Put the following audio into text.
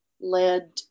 led